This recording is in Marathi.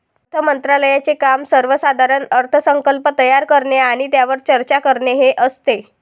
अर्थ मंत्रालयाचे काम सर्वसाधारण अर्थसंकल्प तयार करणे आणि त्यावर चर्चा करणे हे असते